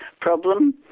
problem